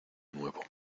nuevo